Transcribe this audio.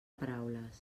paraules